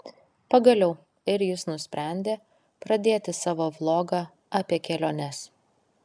pagaliau ir jis nusprendė pradėti savo vlogą apie keliones